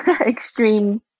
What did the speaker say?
extreme